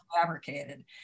fabricated